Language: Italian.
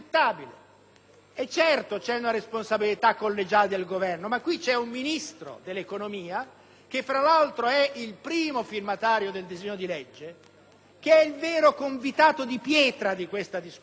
Certo, c'è una responsabilità collegiale del Governo ma c'è soprattutto un Ministro dell'economia, che tra l'altro è primo firmatario del disegno di legge in questione, che è il vero convitato di pietra di questa discussione,